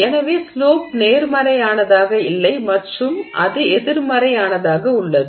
எனவே ஸ்லோப் நேர்மறையானதாக இல்லை மற்றும் அது எதிர்மறையானதாக உள்ளது